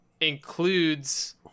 includes